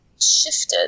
shifted